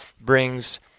brings